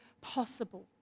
possible